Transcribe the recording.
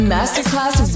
Masterclass